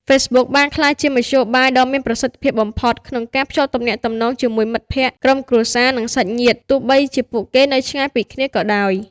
Facebook បានក្លាយជាមធ្យោបាយដ៏មានប្រសិទ្ធភាពបំផុតក្នុងការ ភ្ជាប់ទំនាក់ទំនងជាមួយមិត្តភក្តិ ក្រុមគ្រួសារ និងសាច់ញាតិ ទោះបីជាពួកគេនៅឆ្ងាយពីគ្នាក៏ដោយ។